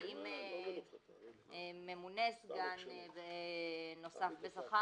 כי אם ממונה סגן נוסף בשכר,